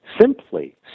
simply